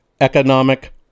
Economic